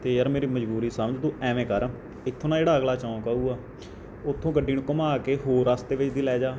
ਅਤੇ ਯਾਰ ਮੇਰੀ ਮਜਬੂਰੀ ਸਮਝ ਤੂੰ ਐਵੇਂ ਕਰ ਇੱਥੋਂ ਨਾ ਜਿਹੜਾ ਅਗਲਾ ਚੌਕ ਆਊਗਾ ਉੱਥੋਂ ਗੱਡੀ ਨੂੰ ਘੁੰਮਾ ਕੇ ਹੋਰ ਰਸਤੇ ਵਿੱਚ ਦੀ ਲੈ ਜਾ